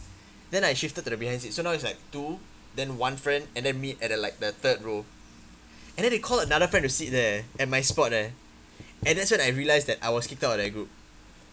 then I shifted to the behind seat so now it's like two then one friend and then me at the like the third row and then they call another friend to sit there at my spot leh and that's when I realized that I was kicked out of that group